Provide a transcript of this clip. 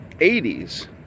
80s